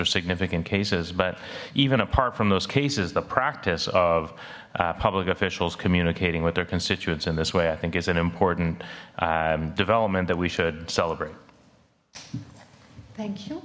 are significant cases but even apart from those cases the practice of public officials communicating with their constituents in this way i think is an important development that we should celebrate thank you